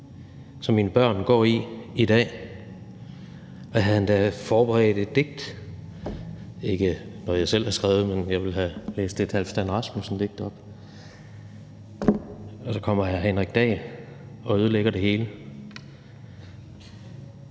som mine børn går i i dag. Jeg havde endda forberedt et digt, ikke noget, jeg selv har skrevet, men jeg ville have læst et Halfdan Rasmussen-digt op, og så kommer hr. Henrik Dahl og ødelægger det hele.